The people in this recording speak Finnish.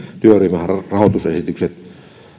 työryhmän rahoitusesityksen